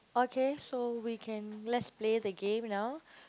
okay so we can let's play the game now